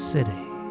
City